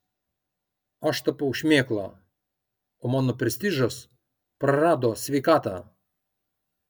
aš tapau šmėkla o mano prestižas prarado sveikatą